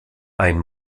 ein